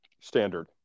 standard